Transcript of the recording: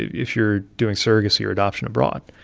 if you're doing surrogacy or adoption abroad,